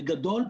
בגדול,